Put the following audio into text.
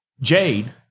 Jade